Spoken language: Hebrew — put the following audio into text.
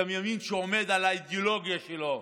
גם ימין שעומד על האידיאולוגיה שלו,